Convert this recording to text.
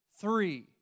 three